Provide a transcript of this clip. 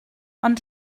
ond